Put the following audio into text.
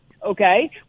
Okay